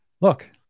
Look